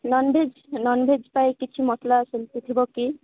non veg non veg ପାଇଁ କିଛି ମସଲା ସେମିତି ଥିବ କି